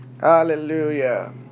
Hallelujah